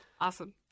Awesome